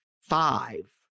five